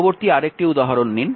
পরবর্তী আরেকটি উদাহরণ নিন